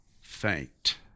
faint